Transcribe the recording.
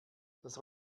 das